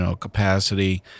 capacity